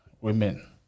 women